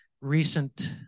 recent